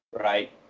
right